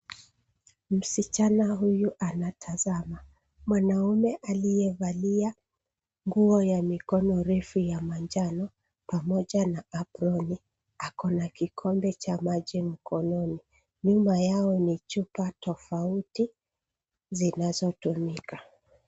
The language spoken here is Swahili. Msichana huyu anatazama mwanaume aliyevalia nguo ya mikono refu ya manjano pamoja na aproni. Ako na kikombe cha maji mkononi. Nyuma yao ni chupa tofauti zinazotumika.